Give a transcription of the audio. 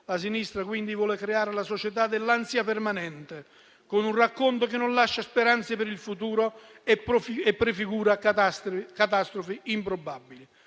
La sinistra vuole creare la società dell'ansia permanente, con un racconto che non lascia speranze per il futuro e prefigura catastrofi improbabili.